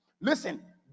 Listen